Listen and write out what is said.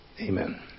Amen